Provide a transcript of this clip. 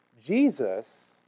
Jesus